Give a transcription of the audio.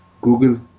Google